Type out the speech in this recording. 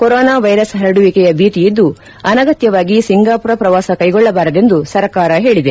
corona virus ಹರಡುವಿಕೆ ಭೀತಿಯಿದ್ದು ಅನಗತ್ಯವಾಗಿ ಸಿಂಗಾಪುರ ಪ್ರವಾಸ್ ಕೈಗೊಳ್ಳಬಾರದೆಂದು ಸರ್ಕಾರ ಹೇಳಿದೆ